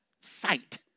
sight